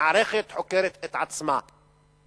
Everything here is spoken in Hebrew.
המערכת חוקרת את עצמה.